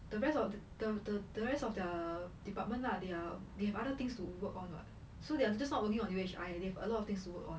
the rest of the the rest of their department lah their they have other things to work on [what] so there was just not only what they wish they have a lot of things to work on